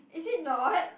is it not